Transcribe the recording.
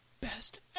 Best